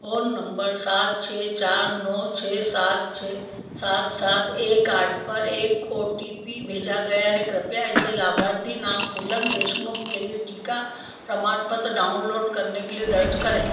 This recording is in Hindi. फोन नम्बर सात छः चार नौ छः सात छः सात सात एक आठ पर एक ओ टी पी भेजा गया है कृपया इससे लाभार्थी नाम फूलन देशमुख के लिए टीका प्रमाणपत्र डाउनलोड करने के लिए दर्ज़ करें